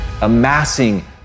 amassing